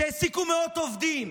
שהעסיקו מאות עובדים,